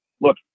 Look